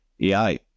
AI